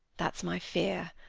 that's my fear.